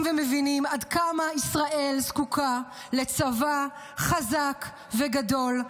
ומבינים עד כמה ישראל זקוקה לצבא חזק וגדול,